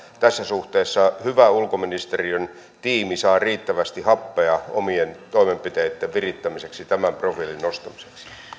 tässä suhteessa hyvä ulkoministeriön tiimi saa riittävästi happea omien toimenpiteitten virittämiseksi ja tämän profiilin nostamiseksi